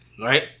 right